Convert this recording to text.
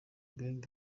gang